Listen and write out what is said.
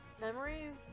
Memories